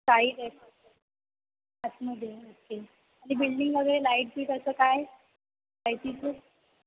चाळीत आहे आतमध्ये ओके आणि बिल्डिंग वगैरे लाईट बी कसं काय लायटीचं